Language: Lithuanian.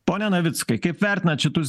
pone navickai kaip vertinat šitus